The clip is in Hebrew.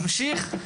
ממשיך,